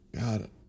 God